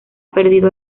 perdido